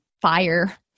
fire